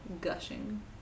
gushing